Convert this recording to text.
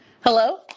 Hello